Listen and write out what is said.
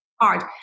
hard